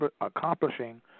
accomplishing